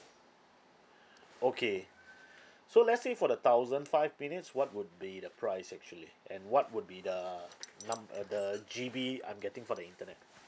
okay so let's say for the thousand five minutes what would be the price actually and what would be the number uh the G_B I'm getting for the internet